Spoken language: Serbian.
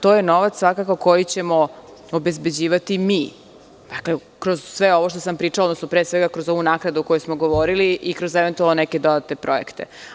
To je novac koji ćemo obezbeđivati mi kroz sve ovo što sam pričala, odnosno pre svega kroz ovu naknadu o kojoj smo govorili i kroz eventualno neke dodatne projekte.